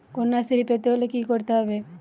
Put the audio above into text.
কন্যাশ্রী পেতে হলে কি করতে হবে?